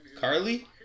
Carly